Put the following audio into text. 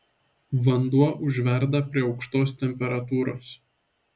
vanduo užverda prie aukštos temperatūros